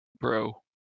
Bro